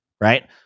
right